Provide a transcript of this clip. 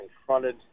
confronted